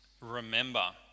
remember